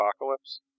Apocalypse